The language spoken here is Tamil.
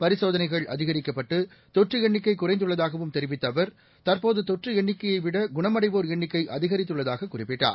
பரிசோதனைகள் அதிகரிக்கப்பட்டு தொற்றுஎண்ணிக்கைகுறைந்துள்ளதாகவும் தெரிவித்தஅவர் தற்போத்தொற்றுஎண்ணிக்கையைவிடகுணமடைவோர் எண்ணிக்கைஅதிகரித்துள்ளதாகக் குறிப்பிட்டார்